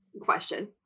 question